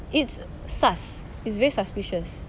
it's sus it's very suspicious